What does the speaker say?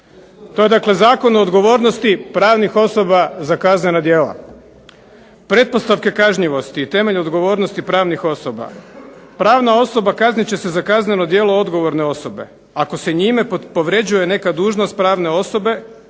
To dakle Zakon o odgovornosti pravnih osoba za kaznena djela. Pretpostavke kažnjivosti i temelj odgovornosti pravnih osoba, pravna osoba kaznit će se za kazneno djelo odgovorne osobe, ako se njime povređuje neka dužnost pravne osobe